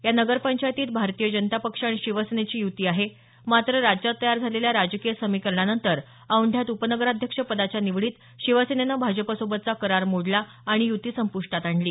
या नगर पंचायतीत भारतीय जनता पक्ष आणि शिवसेनेची युती आहे मात्र राज्यात तयार झालेल्या राजकीय समीकरणानंतर औेंढ्यात उपनगराध्यक्ष पदाच्या निवडीत शिवसेनेनं भाजपसोबतचा करार मोडला आणि यूती संप्टात आणली